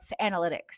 analytics